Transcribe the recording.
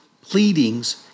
pleadings